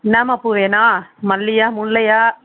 என்னாமா பூ வேணும் மல்லியா முல்லையா